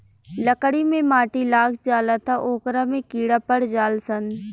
लकड़ी मे माटी लाग जाला त ओकरा में कीड़ा पड़ जाल सन